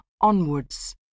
Onwards